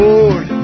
Lord